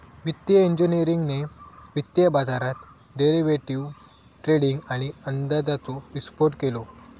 वित्तिय इंजिनियरिंगने वित्तीय बाजारात डेरिवेटीव ट्रेडींग आणि अंदाजाचो विस्फोट केलो